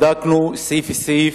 אנחנו בדקנו סעיף-סעיף,